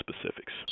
specifics